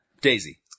Daisy